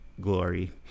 glory